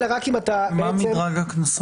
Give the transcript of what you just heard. אלא רק אם אתה --- מה מדרג הקנסות?